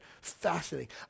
Fascinating